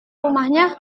rumahnya